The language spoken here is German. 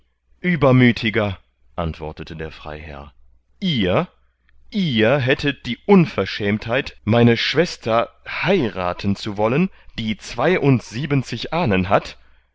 uebermüthiger antwortete der freiherr ihr ihr hätte die unverschämtheit meine schwester heirathen zu wollen die zweiundsiebenzig ahnen hat